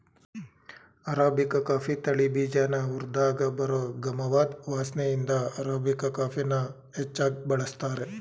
arabica coffee ತಳಿ ಬೀಜನ ಹುರ್ದಾಗ ಬರೋ ಗಮವಾದ್ ವಾಸ್ನೆಇಂದ ಅರಾಬಿಕಾ ಕಾಫಿನ ಹೆಚ್ಚಾಗ್ ಬಳಸ್ತಾರೆ